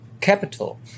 Capital